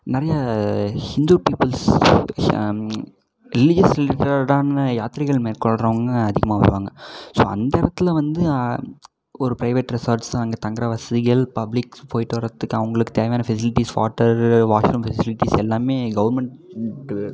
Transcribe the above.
நிறைய Hindu peoples religious related ஆன யாத்திரைகள் மேற்கொள்றவங்க அதிகமாக வருவாங்க ஸோ அந்த இடத்துல வந்து ஒரு ப்ரைவேட் ரெசார்ட்ஸ்லாம் அங்கே தங்குற வசதிகள் பப்ளிக்ஸ் போயிவிட்டு வர்றத்துக்கு அவங்களுக்குத் தேவையான facilities water washroom facilities எல்லாமே கவுர்மெண்ட்டு